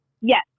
Yes